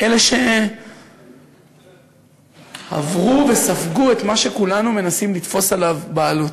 אלה שעברו וספגו את מה שכולנו מנסים לתפוס עליו בעלות.